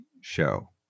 show